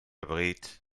abred